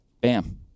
Bam